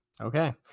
Okay